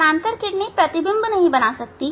अब यह समानांतर किरणें प्रतिबिंब नहीं बना सकती